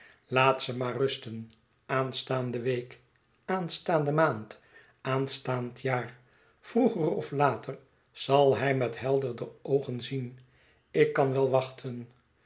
laat ze maar rusten aanstaande week aanstaande maand aanstaand jaar vroeger of later zal hij met helderder oogen zien ik kan wel wachten